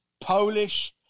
Polish